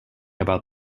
about